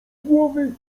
głowy